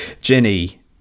Jenny